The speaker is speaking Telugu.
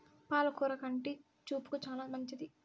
పాల కూర కంటి చూపుకు చానా మంచిది